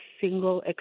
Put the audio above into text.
single